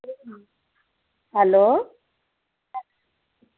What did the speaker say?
hello